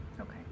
Okay